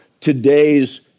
today's